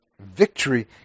Victory